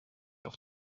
auf